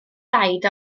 daid